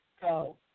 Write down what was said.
go